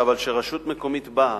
אבל כשרשות מקומית באה